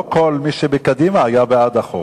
לא כל מי שבקדימה היה בעד החוק.